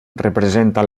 representa